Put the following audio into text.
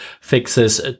fixes